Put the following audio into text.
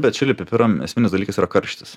bet čili pipiram esminis dalykas yra karštis